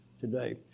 today